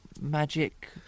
magic